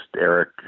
Eric